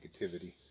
negativity